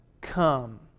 come